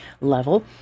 level